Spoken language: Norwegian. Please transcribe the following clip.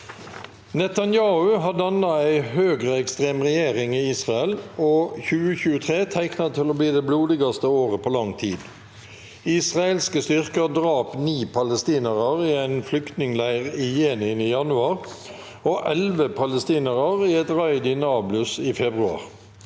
«Netanyahu har danna ei høgreekstrem regjering i Israel, og 2023 teiknar til å bli det blodigaste året på lang tid. Israelske styrkar drap ni palestinarar i ein flyktning- leir i Jenin i januar og elleve palestinarar i eit raid i Nablus i februar.